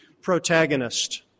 protagonist